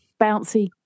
bouncy